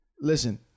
listen